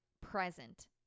present